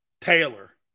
taylor